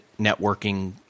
networking